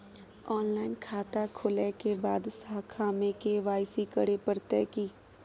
Online खाता खोलै के बाद शाखा में के.वाई.सी करे परतै की?